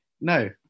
no